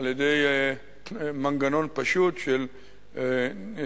על-ידי מנגנון פשוט של ישיבות,